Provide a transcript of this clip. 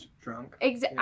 drunk